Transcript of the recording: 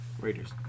Raiders